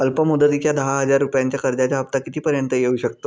अल्प मुदतीच्या दहा हजार रुपयांच्या कर्जाचा हफ्ता किती पर्यंत येवू शकतो?